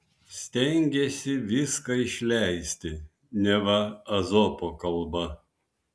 stengėsi viską išleisti neva ezopo kalba